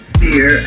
fear